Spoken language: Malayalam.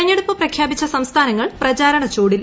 തിരഞ്ഞെടുപ്പ് പ്രഖ്യാപിച്ച സംസ്ഥാനങ്ങൾ പ്രചാരണ ചൂടിൽ